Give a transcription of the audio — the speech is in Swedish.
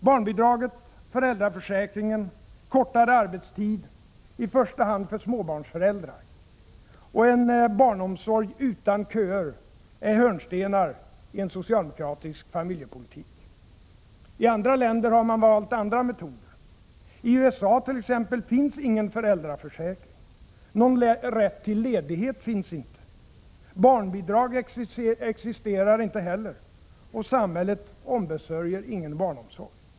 Barnbidraget, föräldraförsäkringen, kortare arbetstid — i första hand för småbarnsföräldrar — och en barnomsorg utan köer är hörnstenar i en socialdemokratisk familjepolitik. I andra länder har man valt andra metoder. I USA finns t.ex. ingen föräldraförsäkring. Någon rätt till ledighet finns inte. Barnbidrag existerar inte heller, och samhället ombesörjer ingen barnomsorg.